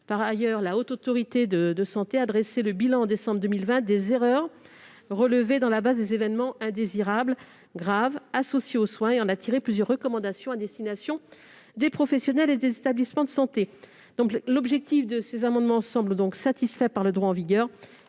Par ailleurs, la Haute Autorité de santé a dressé en décembre 2020 le bilan des erreurs relevées dans la base des événements indésirables graves associés aux soins et en a tiré plusieurs recommandations à destination des professionnels et des établissements de santé. L'objectif des amendements semble donc satisfait par le droit en vigueur.